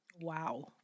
Wow